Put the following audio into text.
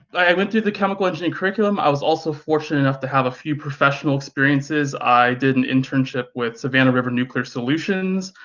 i went through the chemical engineering curriculum, i was also fortunate enough to have a few professional experiences. i did an internship with savannah river nuclear solutions.